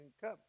come